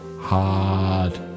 hard